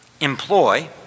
employ